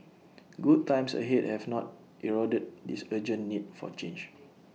good times ahead have not eroded this urgent need for change